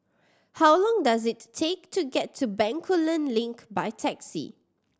how long does it take to get to Bencoolen Link by taxi